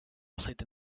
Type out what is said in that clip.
played